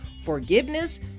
Forgiveness